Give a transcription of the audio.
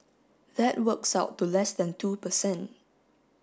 that works out to less than two percent